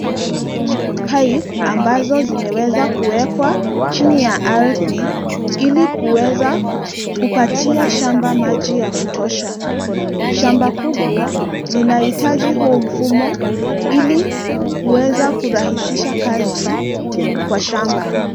Pipes ambazo zimeweza kuwekwa chini ya ardhi ili kuweza kupatia shamba maji ya kutosha .Shamba kubwa linaitaji huu mfumo ili kuweza kurahisisha kazi kwa shamba.